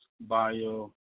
bio